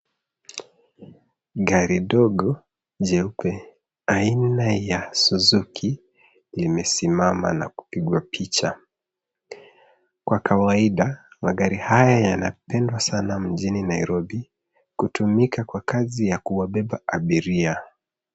Gari dogo jeupe aina ya Suzuki limesimama na kupigwa picha. Kwa kawaida, magari haya yanapendwa sana mjini Nairobi ,kutumika kwa kazi ya kuwabeba abiria.